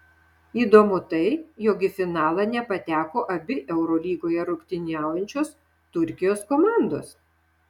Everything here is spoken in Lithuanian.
įdomu tai jog į finalą nepateko abi eurolygoje rungtyniaujančios turkijos komandos